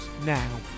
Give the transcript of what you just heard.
now